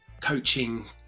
coaching